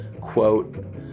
quote